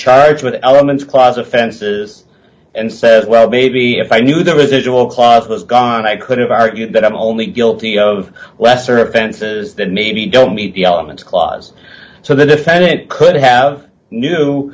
charged with elements cross offenses and says well maybe if i knew there was a jewel clause was gone i could have argued that i'm only guilty of lesser offenses that maybe don't meet the elements clause so the defendant could have knew